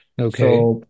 Okay